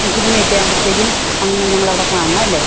അഞ്ച് മണിയൊക്കെയാവുമ്പോഴത്തേക്കും അങ്ങ് ഞങ്ങളവിടെ കാണണമല്ലേ